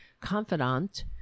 confidant